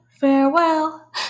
farewell